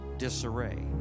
Disarray